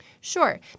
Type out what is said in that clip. Sure